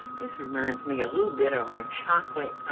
this reminds me a little bit of our chocolate,